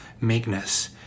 meekness